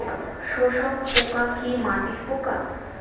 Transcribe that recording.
শোষক পোকা কি মাটির পোকা?